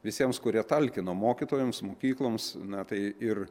visiems kurie talkino mokytojams mokykloms na tai ir